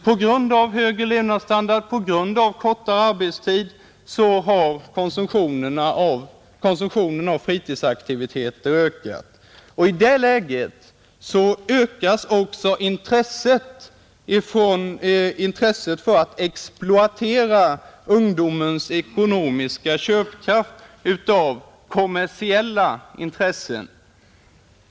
På grund av högre levnadsstandard, på grund av kortare arbetstid har konsumtionen av fritidsaktiviteter ökat. I det läget ökas också det kommersiella intresset för att exploatera ungdomens ekonomiska köpkraft.